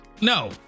no